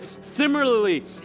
similarly